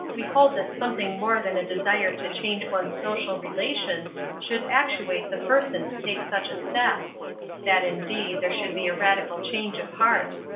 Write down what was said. we hold that something more than a desire to change one's social relations should actuate the person to take such a step that, indeed, there should be a radical change of heart.